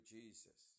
Jesus